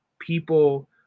people